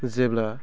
जेब्ला